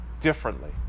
differently